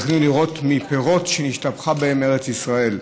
פירות שהשתבחה בהם ארץ ישראל,